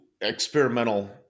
experimental